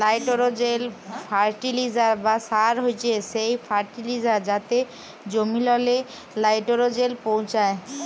লাইটোরোজেল ফার্টিলিসার বা সার হছে সেই ফার্টিলিসার যাতে জমিললে লাইটোরোজেল পৌঁছায়